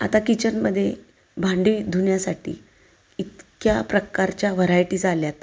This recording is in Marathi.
आता किचनमध्ये भांडी धुण्यासाठी इतक्या प्रकारच्या व्हरायटीज आल्या आहेत